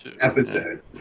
episode